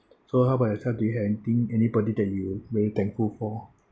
so how about yourself do you have anything anybody that you really thankful for